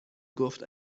گفت